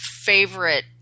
favorite